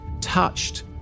touched